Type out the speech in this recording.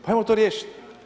Pa ajmo to riješiti.